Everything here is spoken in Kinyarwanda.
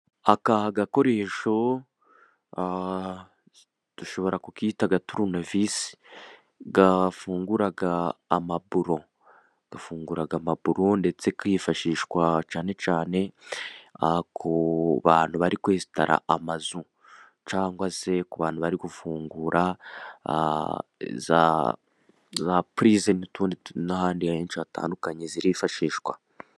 Aka gakoresho dushobora kukita agaturunevisi; gafungura amaburo, gafungura amaburo ndetse kifashishwa cyane cyane ku bantu bari kwesitara amazu cyangwa se ku bantu bari gufungura za purize n'utundi, n'ahandi henshi hatandukanye zirifashishwa